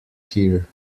here